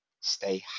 stay